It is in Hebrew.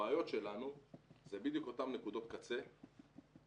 הבעיות שלנו זה בדיוק אותן נקודות קצה ויחידות